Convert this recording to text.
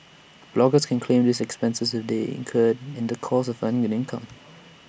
bloggers can claim these expenses if they incurred in the course of earning an income